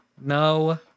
No